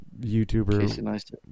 YouTuber